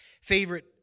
favorite